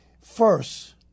First